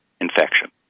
infection